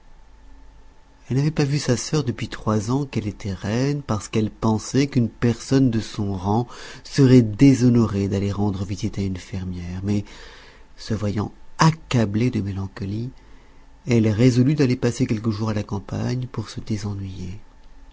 elle n'avait pas vu sa sœur depuis trois ans qu'elle était reine parce qu'elle pensait qu'une personne de son rang serait déshonorée d'aller rendre visite à une fermière mais se voyant accablée de mélancolie elle résolut d'aller passer quelques jours à la campagne pour se désennuyer